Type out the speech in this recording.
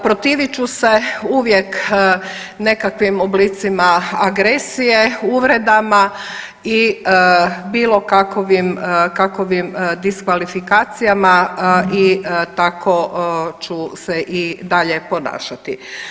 Protivit ću se uvijek nekakvim oblicima agresije, uvredama i bilo kakovim, kakovim diskvalifikacijama i tako ću se i dalje ponašati.